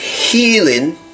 healing